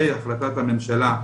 בהחלטת הממשלה,